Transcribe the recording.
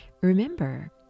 remember